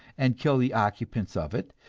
and kill the occupants of it,